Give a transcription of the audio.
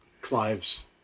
Clive's